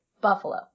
Buffalo